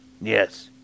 Yes